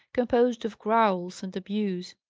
composed of growls and abuse.